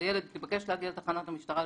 הילד התבקש להגיע לתחנת המשטרה,